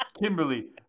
Kimberly